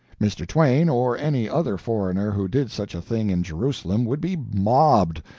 mr. twain or any other foreigner who did such a thing in jerusalem would be mobbed,